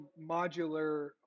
modular